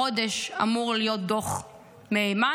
החודש אמור להיות דוח מהימן.